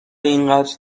اینقدر